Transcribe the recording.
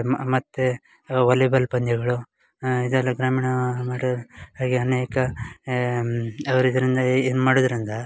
ಮ ಮತ್ತು ವಲಿಬಲ್ ಪಂದ್ಯಗಳು ಇದೆಲ್ಲ ಗ್ರಾಮೀಣ ಹಾಗೆ ಅನೇಕ ಅವ್ರು ಇದ್ರಿಂದಾಯೆ ಏನು ಮಾಡಿದಾರ್ ಅಂದ